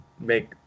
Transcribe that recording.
make